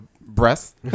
breast